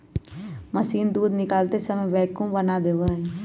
machine दूध निकालते समय वैक्यूम बना देवा हई